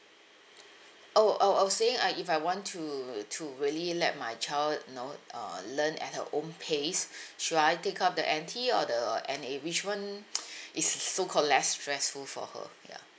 oh I w~ I was saying I if I want to to really let my child know uh learn at her own pace should I take up the N_T or the N_A which one is so called less stressful for her ya